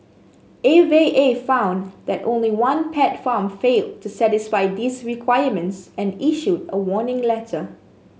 A V A found that only one pet farm failed to satisfy these requirements and issued a warning letter